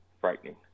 frightening